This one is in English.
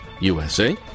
USA